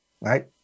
Right